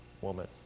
woman